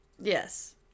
Yes